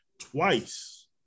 twice